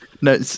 No